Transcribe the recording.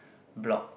block